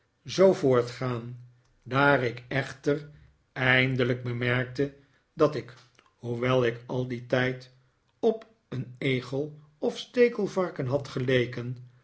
zoo voortgaan daar ik echter eindelijk bemerkte dat ik hoewel ik al dien tijd op een egel of stekelvarken had geleken